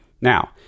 Now